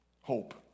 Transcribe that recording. Hope